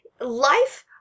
life